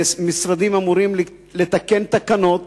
והמשרדים אמורים לתקן תקנות,